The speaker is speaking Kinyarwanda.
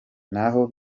ntaho